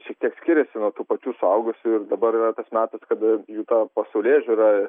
šiek tiek skiriasi nuo tų pačių suaugusiųjų ir dabar yra tas metas kada jų pasaulėžiūra